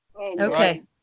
Okay